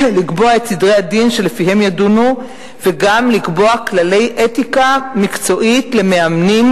לקבוע את סדרי הדין שלפיהם ידונו וגם לקבוע כללי אתיקה מקצועית למאמנים,